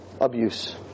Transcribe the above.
Abuse